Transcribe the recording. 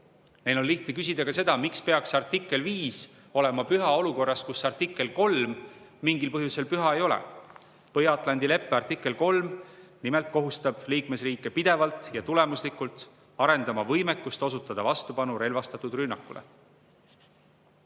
Neil on lihtne küsida ka seda, miks peaks artikkel 5 olema püha olukorras, kus artikkel 3 mingil põhjusel püha ei ole. Põhja-Atlandi leppe artikkel 3 nimelt kohustab liikmesriike pidevalt ja tulemuslikult arendama võimekust osutada vastupanu relvastatud rünnakule.